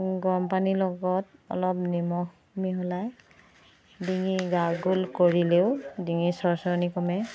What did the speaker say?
গৰমপানীৰ লগত অলপ নিমখ মিহলাই ডিঙি গাৰগল কৰিলেও ডিঙিৰ চৰচৰণি কমে